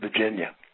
Virginia